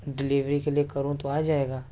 delivery کے لیے کروں تو آ جائے گا